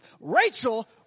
Rachel